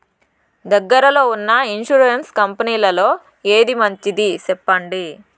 దగ్గర లో ఉన్న ఇన్సూరెన్సు కంపెనీలలో ఏది మంచిది? సెప్పండి?